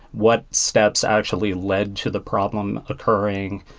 what steps actually led to the problem occurring?